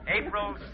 April